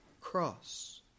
cross